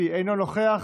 אינו נוכח,